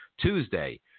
Tuesday